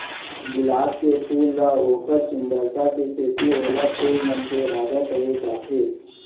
गुलाब के फूल ल ओकर सुंदरई के सेती ओला फूल मन के राजा कहे जाथे